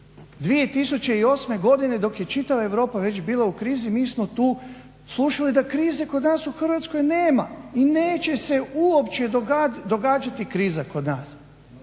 2008.godine dok je čitava Europa već bila u krizi mi smo tu slušali da krize kod nas u Hrvatskoj nema i neće se uopće događati kriza kod nas.